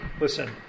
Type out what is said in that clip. Listen